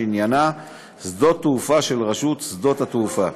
שעניינה שדות-תעופה של רשות שדות-התעופה,